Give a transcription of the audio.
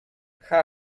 cha